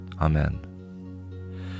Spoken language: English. Amen